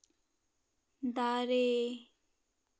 ᱫᱟᱨᱮ